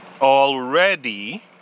Already